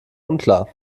unklar